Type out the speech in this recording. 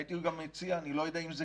הייתי גם מציע אני לא יודע אם זה